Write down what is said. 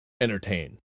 entertain